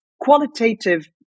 qualitative